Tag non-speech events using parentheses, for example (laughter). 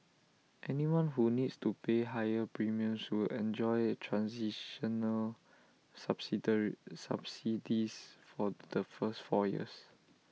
anyone who needs to pay higher premiums will enjoy transitional (unintelligible) subsidies for the first four years